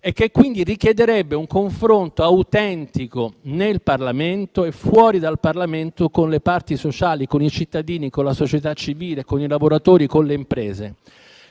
e che quindi richiederebbe un confronto autentico nel Parlamento e fuori dal Parlamento, con le parti sociali, con i cittadini, con la società civile, con i lavoratori e con le imprese.